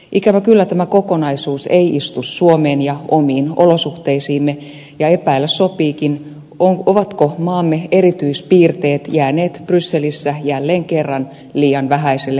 ikävä kyllä tämä kokonaisuus ei istu suomeen ja omiin olosuhteisiimme ja epäillä sopiikin ovatko maamme erityispiirteet jääneet brysselissä jälleen kerran liian vähäiselle huomiolle